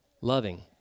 loving